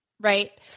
right